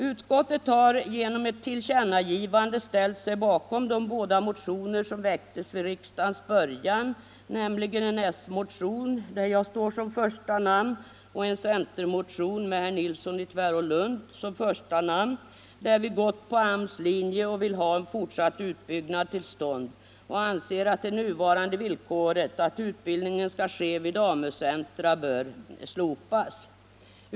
Utskottet har genom ett tillkännagivande ställt sig bakom de båda motioner som väcktes vid riksdagens början, nämligen en socialdemokratisk motion där jag står som första namn och en centermotion med herr Nilsson i Tvärålund som första namn. Vi har i motionerna gått på AMS linje och vill ha en fortsatt utbyggnad till stånd. Vi anser att det nuvarande villkoret att utbildningen skall ske vid AMU-centra bör slopas.